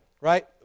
right